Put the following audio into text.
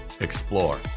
explore